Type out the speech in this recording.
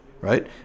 right